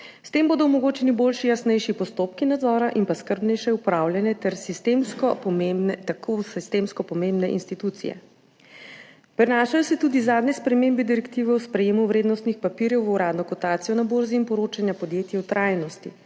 S tem bodo omogočeni boljši, jasnejši postopki nadzora in skrbnejše upravljanje te tako v sistemsko pomembne institucije. Prenašajo se tudi zadnje spremembe direktive o sprejemu vrednostnih papirjev v uradno kotacijo na borzi in poročanju podjetij o trajnosti.